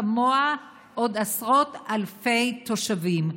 כמוה יש עוד עשרות אלפי תושבים.